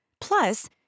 Plus